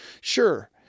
sure